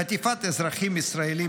חטיפת אזרחים ישראלים